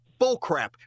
Bullcrap